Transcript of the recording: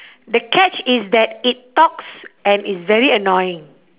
the catch is that it talks and is very annoying